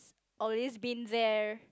always been there